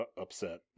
upset